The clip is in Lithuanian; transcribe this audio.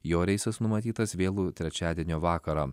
jo reisas numatytas vėlų trečiadienio vakarą